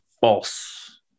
false